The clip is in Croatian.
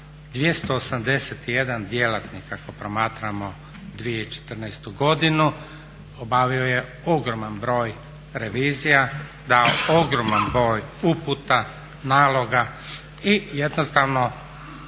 281 djelatnik ako promatramo 2014. godinu obavio je ogroman broj revizija, dao ogroman broj uputa, naloga i jednostavno